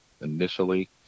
initially